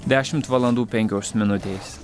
dešimt valandų penkios minutės